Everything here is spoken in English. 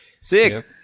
Sick